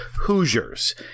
Hoosiers